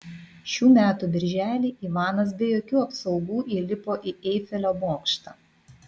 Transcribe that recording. šių metų birželį ivanas be jokių apsaugų įlipo į eifelio bokštą